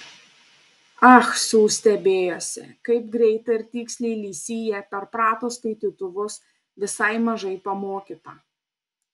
ah su stebėjosi kaip greitai ir tiksliai li sija perprato skaitytuvus visai mažai pamokyta